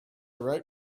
wrote